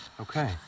Okay